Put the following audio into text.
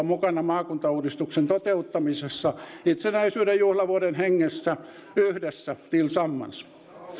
mukana maakuntauudistuksen toteuttamisessa itsenäisyyden juhlavuoden hengessä yhdessä tillsammans